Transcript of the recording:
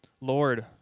Lord